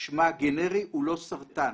שמה הגנרי הוא לוסרטן.